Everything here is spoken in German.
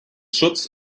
schutz